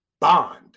bond